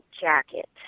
jacket